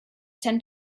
tend